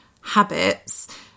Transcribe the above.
habits